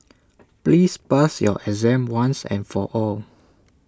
please pass your exam once and for all